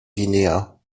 guinea